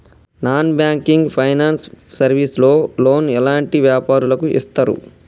Non banking finance service లో loan ఎలాంటి వ్యాపారులకు ఇస్తరు?